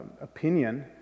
opinion